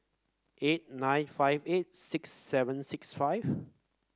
eight nine five eight six seven six five